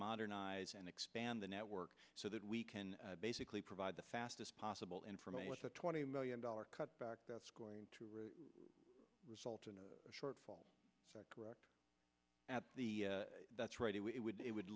modernize and expand the network so that we can basically provide the fastest possible information with a twenty million dollar cut back that's going to result in a shortfall correct at the that's right it would it would